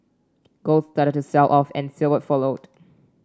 gold started to sell off and silver followed